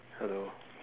hello